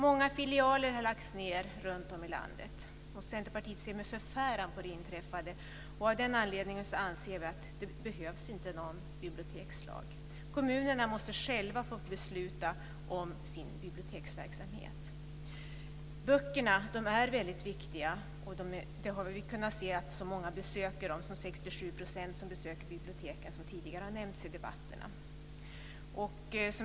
Många filialer har lagts ned runtom i landet. Centerpartiet ser med förfäran på det inträffade, och av den anledningen anser vi att det inte behövs någon bibliotekslag. Kommunerna måste själva få besluta om sin biblioteksverksamhet. Böckerna är viktiga. Vi har kunnat se att så många som 67 % av svenskarna besöker biblioteken, som tidigare har nämnts i debatten.